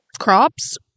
crops